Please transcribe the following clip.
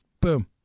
boom